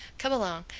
come along.